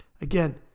Again